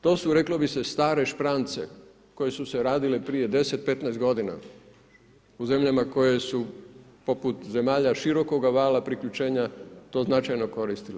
To su reklo bi se stare šprance koje su se radile prije 10, 15 godina u zemljama koje su poput zemalja širokoga vala priključenja to značajno koristile.